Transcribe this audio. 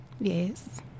yes